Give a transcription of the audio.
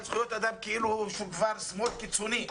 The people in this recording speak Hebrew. כאילו הוא כבר שמאל קיצוני,